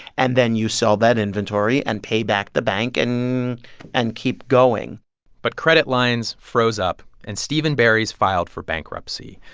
and then you sell that inventory and pay back the bank and and keep going but credit lines froze up. up. and steve and barry's filed for bankruptcy.